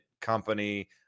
company